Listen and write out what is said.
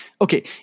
Okay